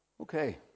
Okay